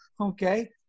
Okay